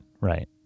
right